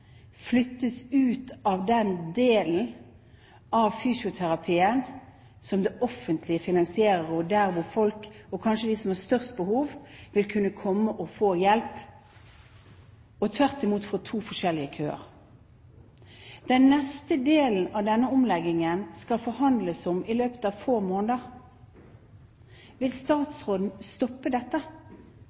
flyttes ut av den delen av fysioterapien som det offentlige finansierer, og der folk, og kanskje de som har størst behov, vil kunne komme og få hjelp, og man vil tvert imot få to forskjellige køer. Den neste delen av denne omleggingen skal det forhandles om i løpet av få måneder. Vil statsråden stoppe dette